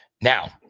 Now